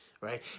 Right